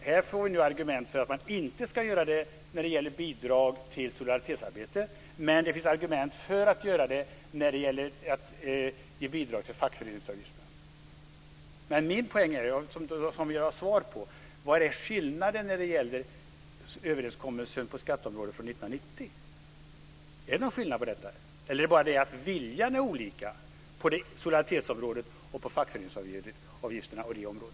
Här har vi fått höra argument för att inte göra det när det gäller bidrag till solidaritetsarbete, medan det har framförts argument för att göra det när det gäller fackföreningsavgifter. Jag vill ha ett svar: Vilken är skillnaden när man ser till skatteöverenskommelsen från 1990? Är det någon skillnad, eller är det bara viljan som är olika?